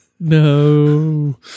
no